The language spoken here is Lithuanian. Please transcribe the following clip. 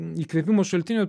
įkvėpimo šaltiniu